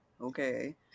okay